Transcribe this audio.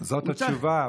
זו התשובה,